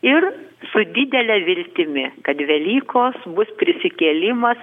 ir su didele viltimi kad velykos bus prisikėlimas